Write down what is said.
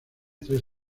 tres